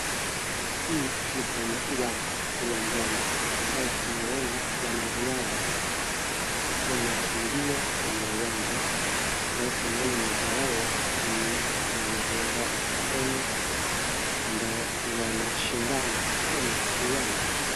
Hii ni kwenye uwanja uwanjani ambao tunaona wanariadha wanakimbia kwenye uwanja ambao tunaona moja wao ni mwanariadha wa Kenya ambaye wanashindana kwenye uwanja.